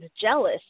jealous